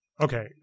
Okay